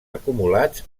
acumulats